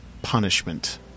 punishment